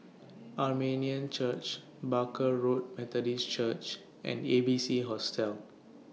Armenian Church Barker Road Methodist Church and A B C Hostel